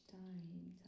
time